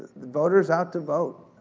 voters out to vote.